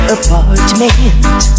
apartment